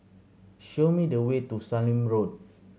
show me the way to Sallim Road